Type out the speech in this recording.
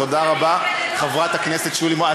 תודה רבה חברת הכנסת שולי מועלם,